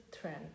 trend